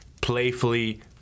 playfully